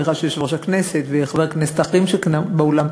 אני מניחה שיושב-ראש הכנסת וחברי הכנסת האחרים שכאן באולם,